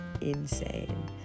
insane